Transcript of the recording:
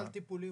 סל טיפולים.